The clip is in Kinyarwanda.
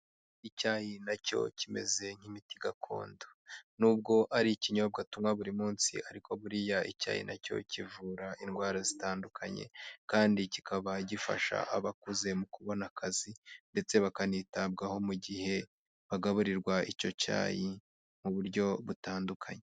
Icyayi nacyo kimeze nk'imiti gakondo, n'ubwo ari ikinyobwa tunywa buri munsi, ariko buriya icyayi nacyo kivura indwara zitandukanye, kandi kikaba gifasha abakuze mu kubona akazi, ndetse bakanitabwaho mu gihe bagaburirwa icyo cyayi, mu buryo butandukanye.